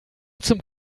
zum